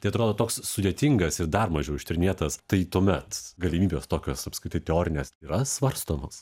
tai atrodo toks sudėtingas ir dar mažiau ištyrinėtas tai tuomet galimybės tokios apskritai teorinės yra svarstomos